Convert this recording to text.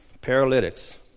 paralytics